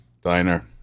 diner